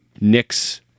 nicks